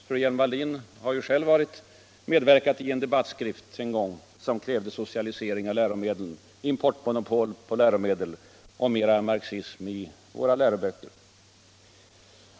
Fru Hjelm-Wallén har själv en gång medverkat i en debattskrift som krävde socialisering av läromedlen, importmonopol på läromedel och mera marxism i våra läroböcker.